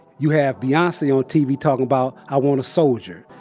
you have beyonce on tv talking about, i want a soldier.